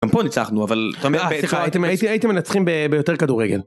ניצחנו, אבל- הייתם מנצחים ביותר כדורגל.